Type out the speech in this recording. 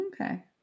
Okay